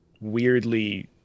weirdly